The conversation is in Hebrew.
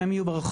הם יהיו ברחוב?